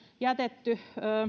jätetty